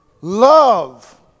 love